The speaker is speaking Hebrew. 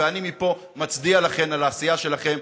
ואני מפה מצדיע לכן על העשייה שלכן.